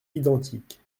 identiques